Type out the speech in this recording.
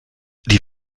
die